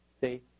See